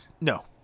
No